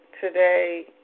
today